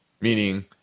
meaning